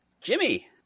Jimmy